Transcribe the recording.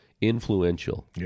influential